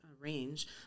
range